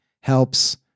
helps